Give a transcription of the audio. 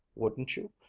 wouldn't you?